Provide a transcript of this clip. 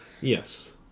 Yes